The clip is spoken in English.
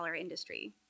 industry